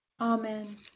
Amen